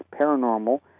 paranormal